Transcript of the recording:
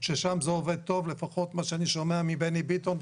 ששם זה עובד טוב, לפחות מה שאני שומע מבני ביטון.